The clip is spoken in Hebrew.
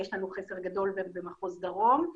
יש לנו חסר גדול במחוז דרום.